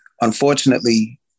unfortunately